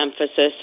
emphasis